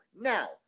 Now